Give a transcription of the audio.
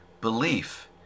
Belief